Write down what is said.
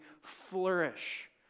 flourish